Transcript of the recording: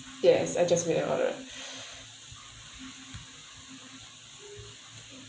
yes I just make an order